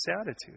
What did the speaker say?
attitude